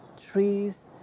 trees